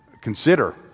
consider